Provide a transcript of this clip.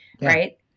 right